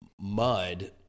mud